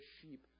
sheep